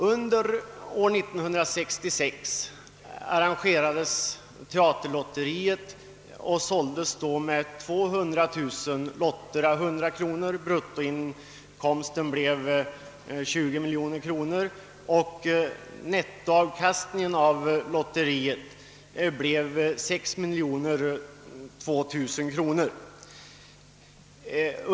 Under år 1966 slutsåldes teaterlotteriets 200 000 lotter å 100 kronor. Bruttoinkomsten blev alltså 20 miljoner kronor och nettoavkastningen drygt 6 miljoner kronor.